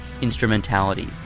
instrumentalities